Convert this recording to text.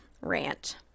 rant